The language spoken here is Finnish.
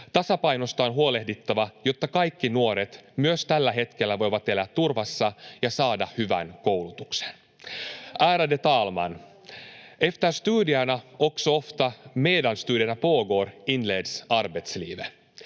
Tasapainosta on huolehdittava, jotta kaikki nuoret myös tällä hetkellä voivat elää turvassa ja saada hyvän koulutuksen. Ärade talman! Efter studierna, ofta också medan studierna pågår, inleds arbetslivet.